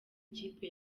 ikipe